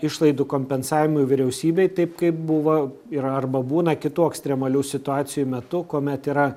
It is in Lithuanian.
išlaidų kompensavimui vyriausybei taip kaip buvo yra arba būna kitų ekstremalių situacijų metu kuomet yra